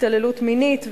התעללות מינית,